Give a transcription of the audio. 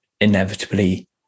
inevitably